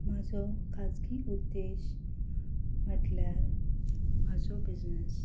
म्हजो खाजगी उद्देश म्हणल्यार म्हजो बिझनस